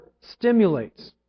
stimulates